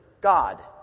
God